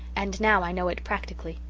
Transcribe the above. and now i know it practically.